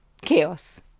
chaos